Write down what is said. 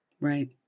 Right